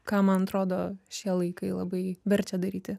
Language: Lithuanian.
ką man atrodo šie laikai labai verčia daryti